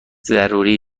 ضروری